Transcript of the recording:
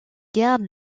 garde